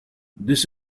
this